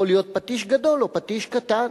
יכול להיות פטיש גדול או פטיש קטן,